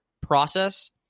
process